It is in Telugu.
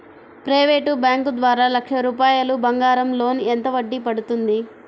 ప్రైవేట్ బ్యాంకు ద్వారా లక్ష రూపాయలు బంగారం లోన్ ఎంత వడ్డీ పడుతుంది?